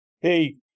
Hey